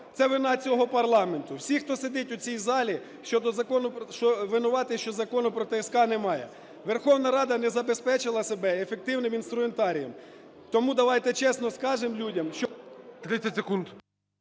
Це вина цього парламенту. Всі, хто сидить у цій залі, винуватий, що закону про ТСК немає. Верховна Рада не забезпечила себе ефективним інструментарієм. Тому давайте чесно скажемо людям, що…